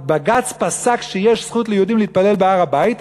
בג"ץ פסק שיש זכות ליהודים להתפלל בהר-הבית,